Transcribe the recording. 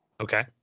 Okay